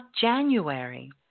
January